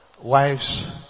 wives